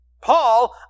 Paul